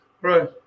Right